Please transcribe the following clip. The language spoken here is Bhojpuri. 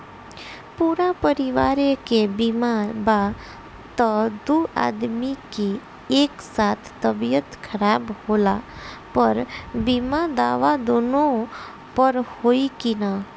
पूरा परिवार के बीमा बा त दु आदमी के एक साथ तबीयत खराब होला पर बीमा दावा दोनों पर होई की न?